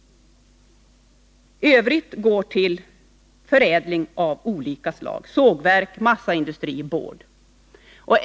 Övrigt virke går till förädling av olika slag — till sågverk, massaindustrier och boardindustrier.